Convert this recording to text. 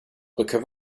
brücke